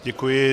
Děkuji.